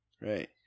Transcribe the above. Right